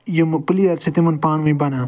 یِمہِ پِلیَر چھِ تِمَن پانہٕ ؤنۍ بنان